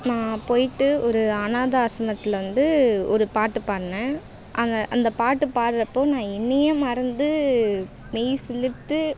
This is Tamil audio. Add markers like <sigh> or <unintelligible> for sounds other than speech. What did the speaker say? நான் போயிட்டு ஒரு அனாத ஆஷ்ரமத்தில் வந்து ஒரு பாட்டு பாடினேன் <unintelligible> அந்த பாட்டு பாடுறப்போ நான் என்னையே மறந்து மெய்சிலிர்த்து